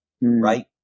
Right